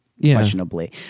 questionably